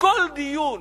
בכל דיון